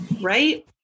Right